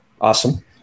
Awesome